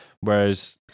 Whereas